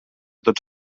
tots